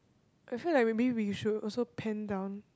I feel like maybe we should also pen down